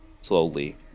slowly